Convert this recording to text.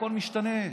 הכול משתנה: